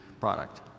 product